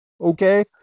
Okay